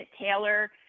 Taylor